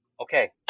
okay